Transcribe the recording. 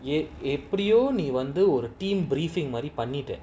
எப்டியோநீவந்துஒரு:epdio nee vandhu oru team briefing மாதிரிபண்ணிட்ட:mathiri pannita